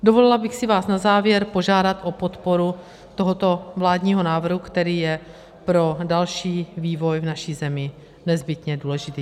Dovolila bych si vás na závěr požádat o podporu tohoto vládního návrhu, který je pro další vývoj v naší zemi nezbytně důležitý.